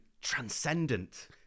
transcendent